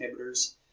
inhibitors